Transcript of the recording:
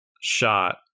shot